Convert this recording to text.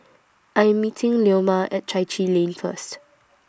I'm meeting Leoma At Chai Chee Lane First